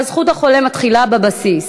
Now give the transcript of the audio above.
אבל זכות החולה מתחילה בבסיס: